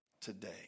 today